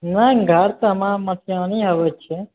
नहि घर तऽ हमर मटिहानी अबै छै